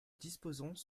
disposons